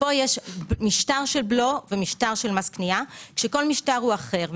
פה יש משטר בלו ומשטר מס קניה וכל משטר הוא אחר.